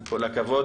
כל הכבוד.